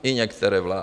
I některé vlády.